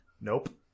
Nope